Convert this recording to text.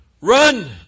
run